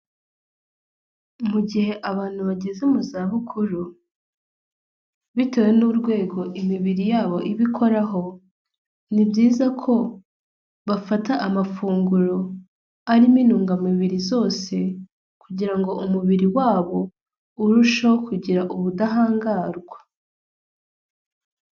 Mu gihe abantu bageze mu zabukuru, bitewe n'urwego imibiri yabo ibi ikoraho, ni byiza ko bafata amafunguro arimo intungamubiri zose kugira ngo umubiri wabo urusheho kugira ubudahangarwa.